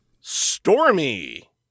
Stormy